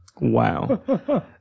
wow